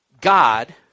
God